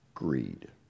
Greed